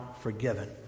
forgiven